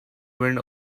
wind